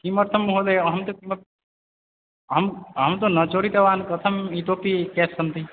किमर्थं महोदय अहं तु किमपि अहं अहं तु न चोरितवान् किमर्थम् इतोपि केस् सन्ति